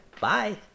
Bye